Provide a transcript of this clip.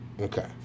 Okay